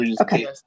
Okay